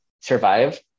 survive